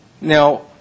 Now